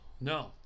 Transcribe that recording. No